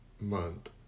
month